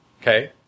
Okay